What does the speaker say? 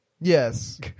Yes